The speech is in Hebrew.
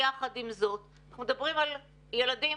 אנחנו מדברים על ילדים